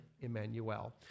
Emmanuel